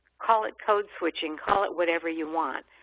call it code switching, call it whatever you want,